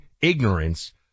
ignorance